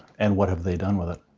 and what have they done with it?